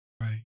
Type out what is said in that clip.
right